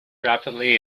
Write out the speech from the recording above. rapidly